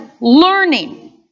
learning